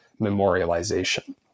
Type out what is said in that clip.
memorialization